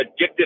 addictive